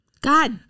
god